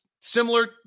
similar